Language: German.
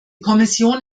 kommission